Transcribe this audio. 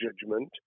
judgment